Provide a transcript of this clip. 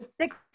six